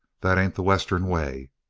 that ain't the western way.